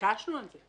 התעקשנו על זה.